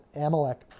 Amalek